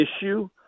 issue